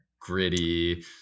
gritty